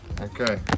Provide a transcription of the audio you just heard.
Okay